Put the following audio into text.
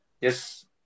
Yes